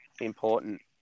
important